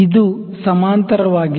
ಇದು ಸಮಾಂತರವಾಗಿಲ್ಲ